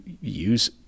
use